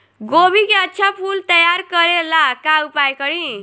गोभी के अच्छा फूल तैयार करे ला का उपाय करी?